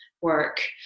work